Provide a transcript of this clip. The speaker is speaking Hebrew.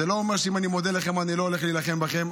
זה לא אומר שאם אני מודה לכם אני לא הולך להילחם בכם.